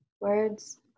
words